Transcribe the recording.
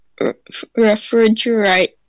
refrigerate